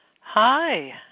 Hi